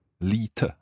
Lite